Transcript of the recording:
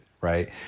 right